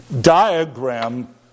Diagram